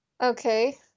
Okay